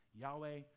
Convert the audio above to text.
Yahweh